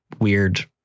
weird